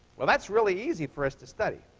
well, that's really easy for us to study.